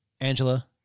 Angela